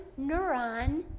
neuron